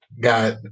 got